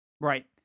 Right